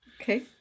Okay